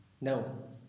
No